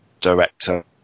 director